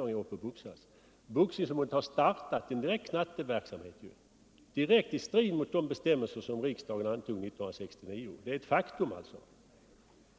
14-åringar är uppe och boxas. Boxningsförbundet har startat en knatteverksamhet — direkt i strid mot de bestämmelser som riksdagen antog år 1969. Det är ett faktum.